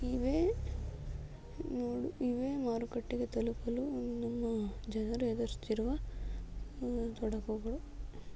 ಇವೇ ನೋಡು ಇವೇ ಮಾರುಕಟ್ಟೆಗೆ ತಲುಪಲು ನಮ್ಮ ಜನರು ಎದುರಿಸುತ್ತಿರುವ ತೊಡಕುಗಳು